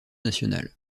national